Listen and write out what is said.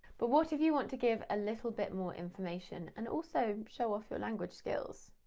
but what if you want to give a little bit more information and also show off your language skills?